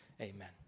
Amen